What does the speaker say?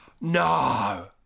No